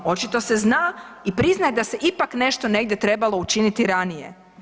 Očito se zna i priznaje da se ipak nešto negdje trebalo učiniti ranije.